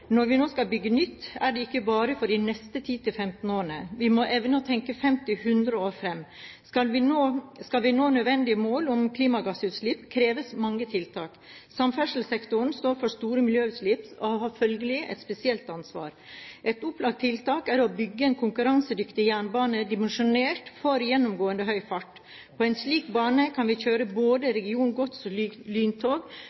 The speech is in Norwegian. Når vi nå skal bygge nytt, er det ikke bare for de neste 10–15 årene. Vi må evne å tenke 50–100 år fram. Skal vi nå nødvendige mål om klimagassutslipp, kreves mange tiltak. Samferdselssektoren står for store miljøutslipp og har følgelig et spesielt ansvar. Et opplagt tiltak er å bygge en konkurransedyktig jernbane dimensjonert for gjennomgående høy fart. På en slik bane kan vi kjøre både